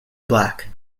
black